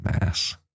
Mass